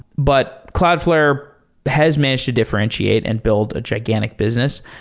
but cloudflare has managed to differentiate and build a gigantic business.